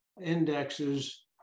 indexes